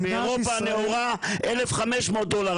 באירופה הנאורה 1,500 דולר.